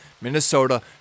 Minnesota